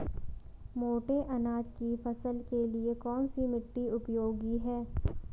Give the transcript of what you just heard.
मोटे अनाज की फसल के लिए कौन सी मिट्टी उपयोगी है?